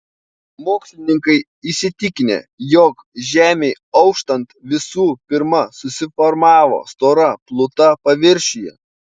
mokslininkai įsitikinę jog žemei auštant visų pirma susiformavo stora pluta paviršiuje